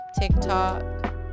TikTok